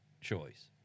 choice